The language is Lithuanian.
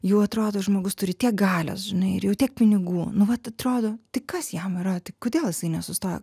jau atrodo žmogus turi tiek galios žinai ir jau tiek pinigų nu vat atrodo tai kas jam yra tai kodėl jisai nesustoja